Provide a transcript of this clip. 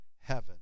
heaven